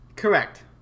Correct